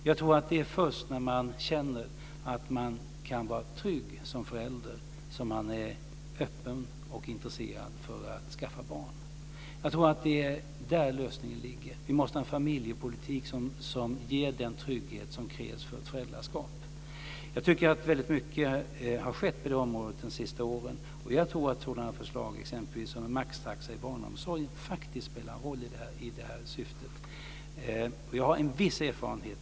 Jag tror att det är först när man känner att man kan vara trygg som förälder som man är öppen för och intresserad av att skaffa barn. Jag tror att det är där som lösningen ligger. Vi måste ha en familjepolitik som ger den trygghet som krävs för ett föräldraskap. Jag tycker att väldigt mycket har skett på det området de senaste åren, och jag tror att förslag som t.ex. det om en maxtaxa i barnomsorgen faktiskt spelar en roll i det här avseendet. Jag har en viss erfarenhet.